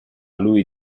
lui